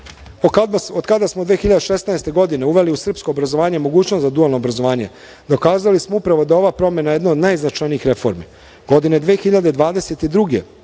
kada smo 2016. godine uveli u srpsko obrazovanje mogućnost za dualno obrazovanje, dokazali smo da je ova promena jedna od najznačajnijih reformi. Godine 2022. osnovana